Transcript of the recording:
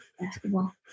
basketball